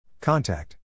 Contact